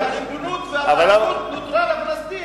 אבל הריבונות והבעלות נותרה לפלסטינים.